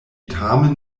tamen